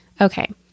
Okay